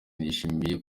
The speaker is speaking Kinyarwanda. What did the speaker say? nishimiye